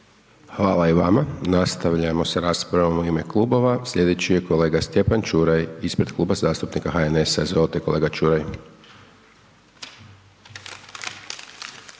Hvala i vama. Nastavljamo s raspravama u ime klubova. Sljedeći je kolega Stjepan Čuraj ispred Kluba zastupnika HNS-a, izvolite kolega Čuraj.